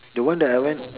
the one that I went